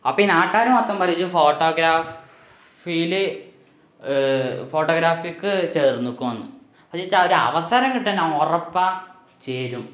അപ്പോള് ഈ നാട്ടുകാര് മൊത്തം പറയും ഇജ്ജ് ഫോട്ടോഗ്രാഫിയില് ഫോട്ടോഗ്രാഫിക്ക് ചേർന്ന്ക്കുവാന്ന് അതിച്ചോരവസരം കിട്ടിയാല് ഞാന് ഉറപ്പായും ചേരും